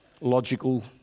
logical